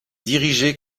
dirigée